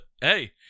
hey